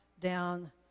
down